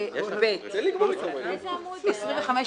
25ב(ב) בעמוד 3,